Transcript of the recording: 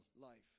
life